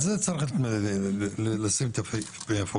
על זה צריך לשים את הפוקוס.